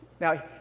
Now